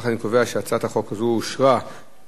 ההצעה להעביר את הצעת חוק סדר הדין הפלילי (חקירת חשודים)